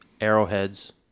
arrowheads